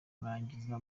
kurangiza